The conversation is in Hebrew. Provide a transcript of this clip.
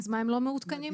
הם לא מעודכנים?